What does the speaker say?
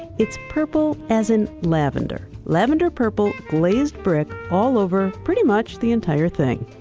it's purple as in, lavender. lavender, purple glazed brick all over pretty much the entire thing.